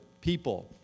people